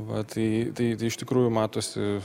va tai tai iš tikrųjų matosi